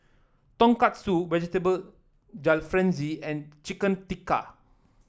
Tonkatsu Vegetable Jalfrezi and Chicken Tikka